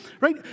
right